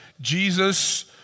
Jesus